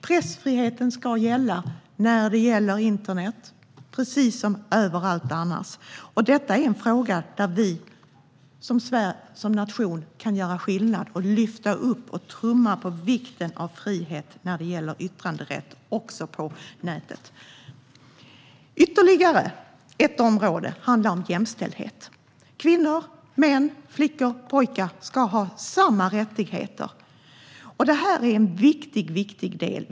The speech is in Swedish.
Pressfriheten ska gälla även internet, precis som överallt annars, och detta är en fråga där vi som nation kan göra skillnad genom att lyfta upp och trumma på vikten av frihet när det gäller yttranderätt också på nätet. Ytterligare ett område är jämställdhet. Kvinnor, män, flickor och pojkar ska ha samma rättigheter. Det här är en viktig, viktig del.